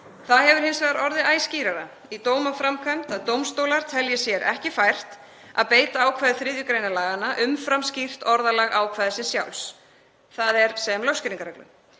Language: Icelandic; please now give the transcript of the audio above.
Það hefur hins vegar orðið æ skýrara í dómaframkvæmd að dómstólar telji sér ekki fært að beita ákvæði 3. gr. laganna umfram skýrt orðalag ákvæðisins sjálfs, þ.e. sem lögskýringarreglu.